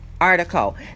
article